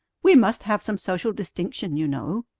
we must have some social distinction, you know.